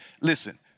listen